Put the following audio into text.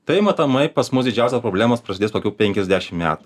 tai matomai pas mus didžiausios problemos prasidės kokių penkiasdešim metų